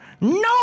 No